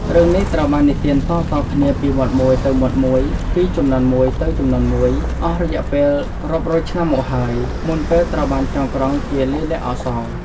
រឿងនេះត្រូវបាននិទានតៗគ្នាពីមាត់មួយទៅមាត់មួយ ពីជំនាន់មួយទៅជំនាន់មួយ អស់រយៈពេលរាប់រយឆ្នាំមកហើយ មុនពេលត្រូវបានចងក្រងជាលាយលក្ខណ៍អក្សរ។